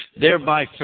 thereby